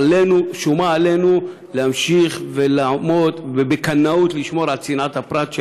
שומה עלינו להמשיך ולעמוד ולשמור בקנאות על צנעת הפרט.